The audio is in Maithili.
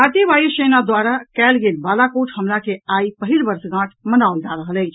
भारतीय वायुसेना द्वारा कयल गेल बालाकोट हमला के आई पहिल वर्षगांठ मनाओल जा रहल अछि